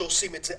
שעושים את זה,